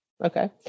Okay